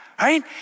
right